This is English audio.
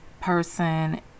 person